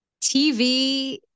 TV